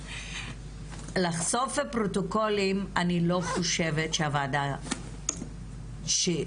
לחשוף פרוטוקולים אני לא חושבת שהוועדה תוכל